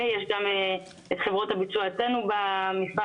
יש גם את חברות הביצוע אצלנו במשרד,